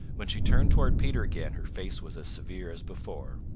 when she turned toward peter again her face was severe as before.